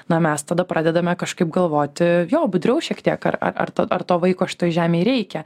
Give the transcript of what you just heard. na mes tada pradedame kažkaip galvoti jo budriau šiek tiek ar ar ar ta ar to vaiko šitoj žemėj reikia